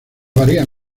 varían